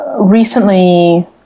recently